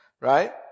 Right